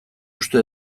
uste